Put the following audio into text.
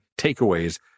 takeaways